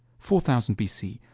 four thousand bc,